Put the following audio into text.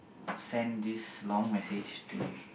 send this long message to